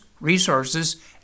resources